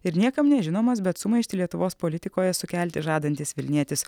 ir niekam nežinomas bet sumaištį lietuvos politikoje sukelti žadantis vilnietis